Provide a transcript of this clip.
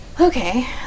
Okay